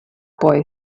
boy